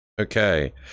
okay